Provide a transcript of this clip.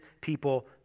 people